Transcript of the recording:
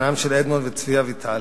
בנם של אדמונד וצביה אביטל,